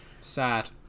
sad